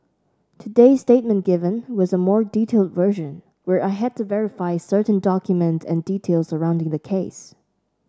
today's statement given was a more detailed version where I had to verify certain documents and details surrounding the case